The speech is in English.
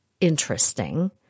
interesting